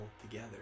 together